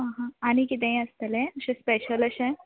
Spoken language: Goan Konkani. हां हां आनी किदेंय आसतलें जें स्पेशल अशें